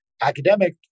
Academic